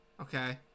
okay